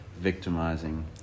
victimizing